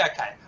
okay